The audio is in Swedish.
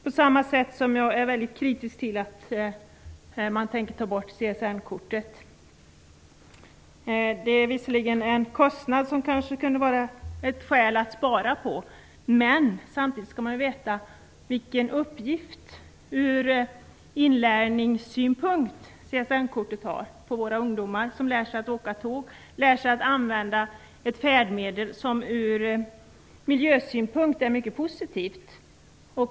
På samma sätt är jag kritisk till förslaget att dra in CSN-kortet. Det utgör visserligen en kostnad som det kunde finnas skäl att spara in på. Men samtidigt skall man veta vilken uppgift ur inlärningssynpunkt CSN kortet. Våra ungdomar lär sig att åka tåg och lär sig att använda ett färdmedel som ur miljösynpunkt är positivt.